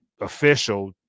official